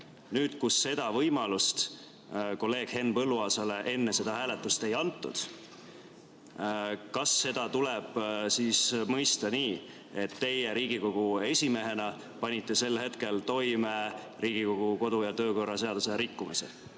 Nüüd, kui seda võimalust kolleeg Henn Põlluaasale enne hääletust ei antud, kas seda tuleb siis mõista nii, et teie Riigikogu esimehena panite sel hetkel toime Riigikogu kodu- ja töökorra seaduse rikkumise?